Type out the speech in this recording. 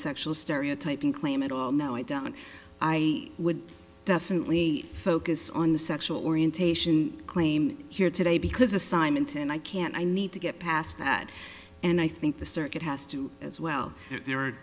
sexual stereotyping claim at all no i don't i would definitely focus on the sexual orientation claim here today because a simonton i can't i need to get past that and i think the circuit has to as well th